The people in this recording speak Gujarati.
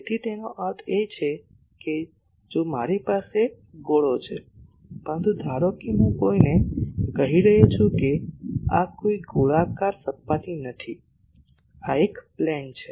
તેથી તેનો અર્થ એ છે કે જો મારી પાસે ગોળો છે પરંતુ ધારો કે હું કોઈને કહી રહ્યો છું કે આ કોઈ ગોળાકાર સપાટી નથી આ એક પ્લેન છે